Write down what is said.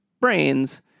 brains